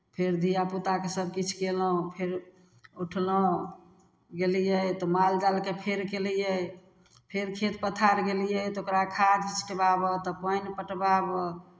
फेर धियापुताके सभकिछु कयलहुँ फेर उठलहुँ गेलियै तऽ फेर माल जालकेँ फेर केलियै फेर खेत पथार गेलियै तऽ ओकरा खाद छीँटवाबह तऽ पानि पटवाबह